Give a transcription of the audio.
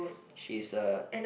she's a